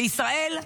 בישראל,